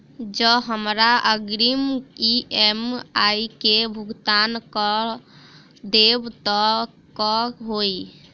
जँ हमरा अग्रिम ई.एम.आई केँ भुगतान करऽ देब तऽ कऽ होइ?